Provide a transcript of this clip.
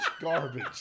garbage